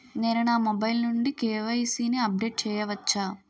నేను నా మొబైల్ నుండి కే.వై.సీ ని అప్డేట్ చేయవచ్చా?